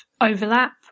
overlap